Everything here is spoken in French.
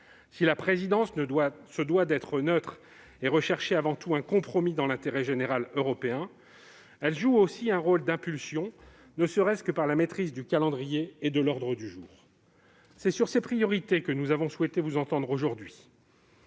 Si la présidence se doit d'être neutre et de rechercher avant tout un compromis dans l'intérêt général européen, elle joue aussi un rôle d'impulsion, ne serait-ce que par la maîtrise du calendrier et de l'ordre du jour. C'est sur ces priorités que nous avons souhaité vous entendre aujourd'hui.